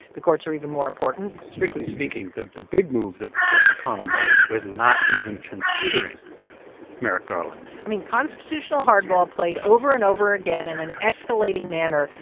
the courts are even more important strictly speaking, the the big move that mcconnell made was not even considering merrick garland i mean, constitutional hardball, played over and over again in an escalating manner,